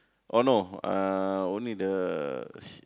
oh no uh only the